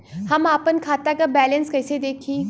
हम आपन खाता क बैलेंस कईसे देखी?